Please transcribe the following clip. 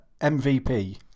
MVP